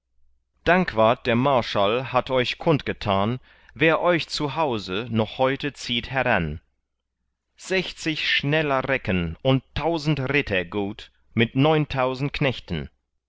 dankwart der marschall hat euch kund getan wer euch zu hause noch heute zieht heran sechzig schneller recken und tausend ritter gut mit neuntausend knechten